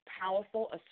powerful